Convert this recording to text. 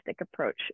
approach